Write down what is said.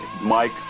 Mike